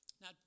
Now